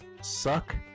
suck